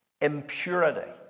impurity